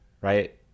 right